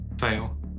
Fail